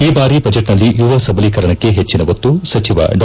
ಈ ಬಾರಿ ಬಜೆಟ್ನಲ್ಲಿ ಯುವ ಸಬಲೀಕರಣಕ್ಕೆ ಹೆಚ್ಚಿನ ಒತ್ತು ಸಚಿವ ಡಾ